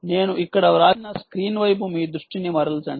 నేను ఇక్కడ వ్రాసిన స్క్రీన్ వైపు మీ దృష్టిని మరల్చండి